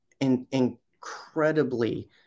incredibly